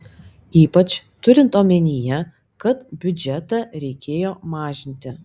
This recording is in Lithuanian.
ypač turint omenyje kad biudžetą reikėjo mažinti